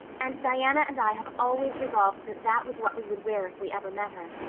and diana and i have always resolved that that was what we would wear if we ever met her.